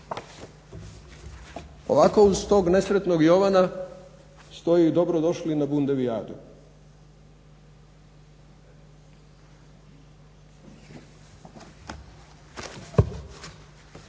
Ovako uz tog nesretnog Jovana stoji "Dobro došli na bundevijadu".